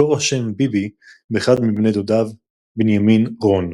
מקור השם "ביבי" באחד מבני דודיו, בנימין רון.